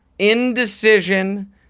indecision